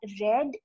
red